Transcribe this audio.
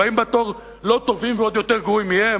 הבאים בתור לא טובים ועוד יותר גרועים מהם,